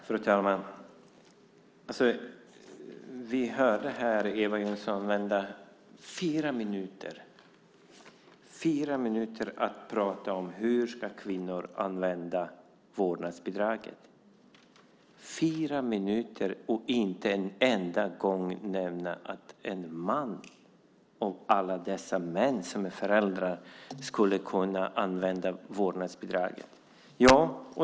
Fru talman! Vi hörde här Eva Johnsson använda fyra minuter till att prata om hur kvinnor ska använda vårdnadsbidraget, fyra minuter och inte en enda gång nämna att en man av alla dessa män som är föräldrar skulle kunna använda vårdnadsbidraget.